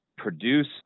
produce